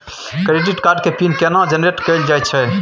Credit card के PIN केना generate कैल जाए छै?